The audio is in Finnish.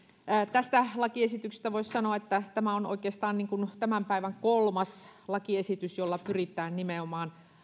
tästä lakiesityksestä voisi sanoa että tämä on oikeastaan tämän päivän kolmas lakiesitys jolla pyritään nimenomaan